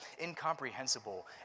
incomprehensible